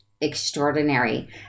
extraordinary